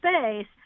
space